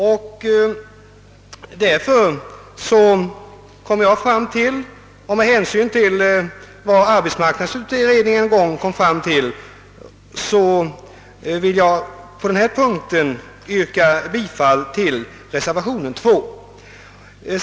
Med hänsyn till detta och även till vad arbetsmarknadsutredningen en gång kom fram till vill jag på denna punkt yrka bifall till reservation II.